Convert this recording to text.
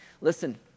Listen